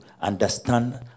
understand